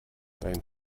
dein